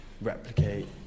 replicate